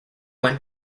went